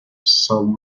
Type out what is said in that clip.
some